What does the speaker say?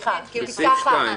תקופת המחיקה.